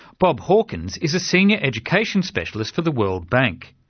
bob hawkins is a senior education specialist for the world bank.